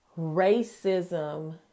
racism